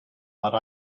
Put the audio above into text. but